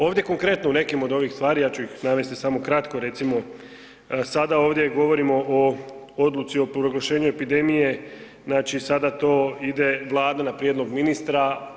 Ovdje konkretno u nekim od ovih stvari, ja ću ih navesti samo kratko, recimo sada ovdje govorimo o odluci o proglašenju epidemije, sada to ide Vlada na prijedlog ministra.